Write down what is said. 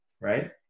right